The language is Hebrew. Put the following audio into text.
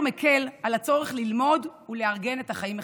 מקל על הצורך ללמוד ולארגן את החיים מחדש.